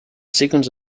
sequence